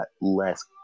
less